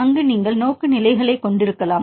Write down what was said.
அங்கு நீங்கள் நோக்குநிலைகளைக் கொண்டிருக்கலாம்